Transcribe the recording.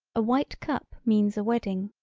a white cup means a wedding.